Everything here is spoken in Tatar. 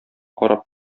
карап